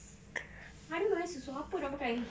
I don't know I rasa apa dah pakai